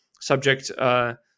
subject